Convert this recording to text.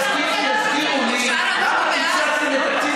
אני רק רוצה שתסבירו לי למה קיצצתם את תקציב